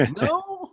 No